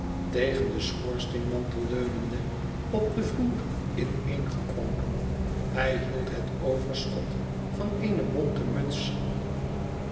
tegen den schoorsteenmantel leunende op den vloer ineengekrompen hij hield het overschot van eene bonten muts